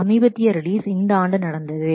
சமீபத்திய ரிலீஸ் இந்த ஆண்டு நடந்தது